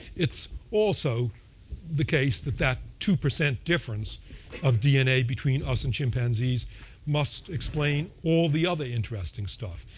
it's also the case that that two percent difference of dna between us and chimpanzees must explain all the other interesting stuff.